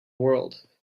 world